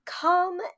come